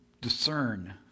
discern